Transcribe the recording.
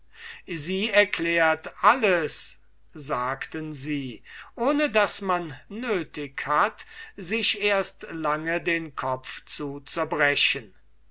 sie erklärt alles sagten sie ohne daß man nötig hat sich erst lange den kopf zu zerbrechen